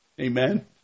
Amen